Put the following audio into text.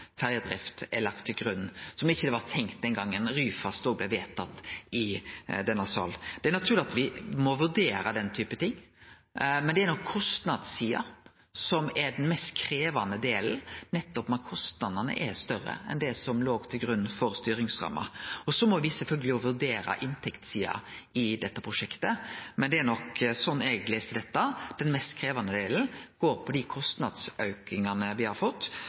til grunn – slik det ikkje var tenkt den gongen Ryfast blei vedtatt i denne salen. Det er naturleg at me må vurdere den typen ting, men det er nok kostnadssida som er den mest krevjande delen, nettopp ved at kostnadene er større enn det som låg til grunn for styringsramma. Og så må me sjølvsagt òg vurdere inntektssida i dette prosjektet, men det er nok, slik eg les dette, slik at den mest krevjande delen går på dei kostnadsaukane ein har fått.